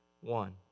one